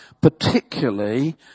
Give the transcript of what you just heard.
particularly